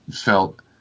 felt